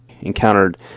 encountered